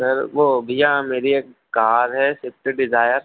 sir वो भइया मेरी एक कार है सिफ्ट डिज़ायर